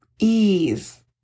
Ease